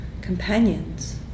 companions